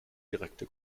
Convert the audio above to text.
direkte